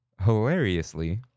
hilariously